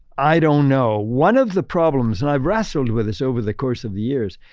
i don't know. one of the problems. and i've wrestled with this over the course of the years,